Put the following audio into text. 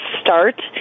start